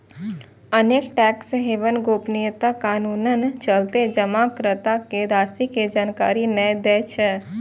अनेक tax haven गोपनीयता कानूनक चलते जमाकर्ता के राशि के जानकारी नै दै छै